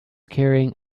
carrying